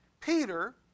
Peter